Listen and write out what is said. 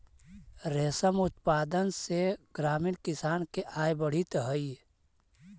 रेशम उत्पादन से ग्रामीण किसान के आय बढ़ित हइ